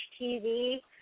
TV